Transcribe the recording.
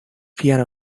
piano